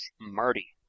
Marty